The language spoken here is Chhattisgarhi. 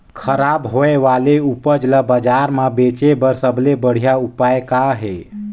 खराब होए वाले उपज ल बाजार म बेचे बर सबले बढ़िया उपाय का हे?